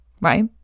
Right